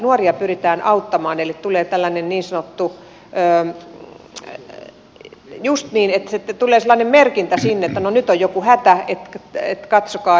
nuoria pyritään auttamaan eli tulee tällainen niin sanottu just niin merkintä sinne että no nyt on joku hätä että katsokaa